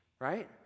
right